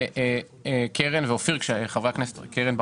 חבר הכנסת אופיר וחברת הכנסת קרן,